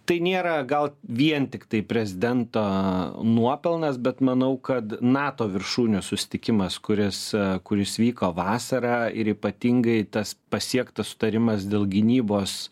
tai nėra gal vien tiktai prezidento nuopelnas bet manau kad nato viršūnių susitikimas kuris kuris vyko vasarą ir ypatingai tas pasiektas sutarimas dėl gynybos